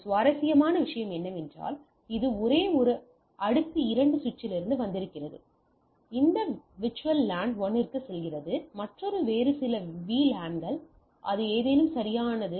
ஒரு சுவாரஸ்யமான விஷயம் என்னவென்றால் இது ஒரே அடுக்கு 2 சுவிட்சிலிருந்து வந்திருக்கிறது இது இந்த VLAN 1 க்குச் செல்கிறது மற்றொன்று வேறு சில VLAN கள் அல்லது ஏதேனும் சரியானது